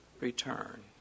return